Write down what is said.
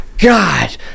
God